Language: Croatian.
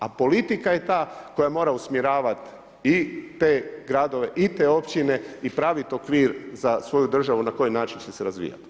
A politika je ta koja mora usmjeravati i te gradove i te općine i praviti okvir za svoju državu na koji način će se razvijati.